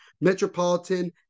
Metropolitan